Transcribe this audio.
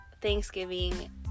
Thanksgiving